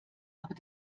aber